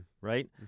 Right